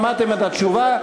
שמעתם את התשובה.